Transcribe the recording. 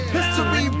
History